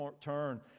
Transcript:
turn